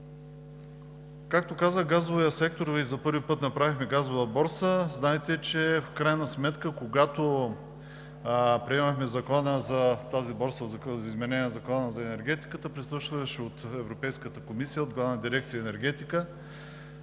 Както казах, газовият сектор – ние за първи път направихме Газова борса, знаете, че в крайна сметка, когато приемахме Закона за тази борса, за изменение на Закона за енергетиката, присъстваше от Европейската комисия от Главна дирекция „Енергетика“